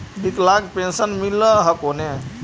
विकलांग पेन्शन मिल हको ने?